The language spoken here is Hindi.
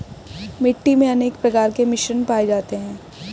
मिट्टी मे अनेक प्रकार के मिश्रण पाये जाते है